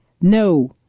no